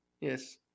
Yes